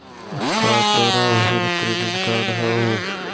का तोरा भीर क्रेडिट कार्ड हउ?